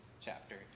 chapter